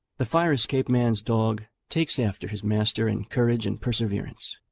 the fire-escape man's dog takes after his master in courage and perseverance.